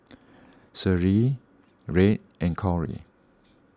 Shaylee Red and Kory